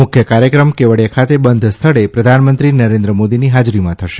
મુખ્ય કાર્યક્રમ કેવડીયા ખાતે બંધ સ્થળે પ્રધાનમંત્રી નરેન્દ્ર મોદીની હાજરીમાં થશે